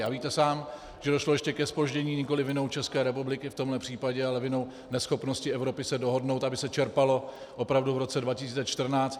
A víte sám, že došlo ještě ke zpoždění nikoli vinou České republiky v tomto případě, ale vinou neschopnosti Evropy se dohodnout, aby se čerpalo opravdu v roce 2014.